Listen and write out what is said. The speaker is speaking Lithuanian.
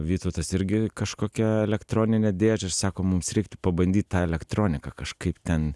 vytautas irgi kažkokią elektroninę dėžę ir sako mums reiktų pabandyt tą elektroniką kažkaip ten